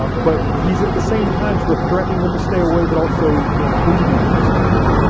but but he's at the same time sort of threatening them to stay away, but also you know pleading with them to stay away.